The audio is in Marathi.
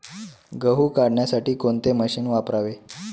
गहू काढण्यासाठी कोणते मशीन वापरावे?